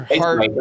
heart